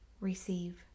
receive